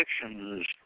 predictions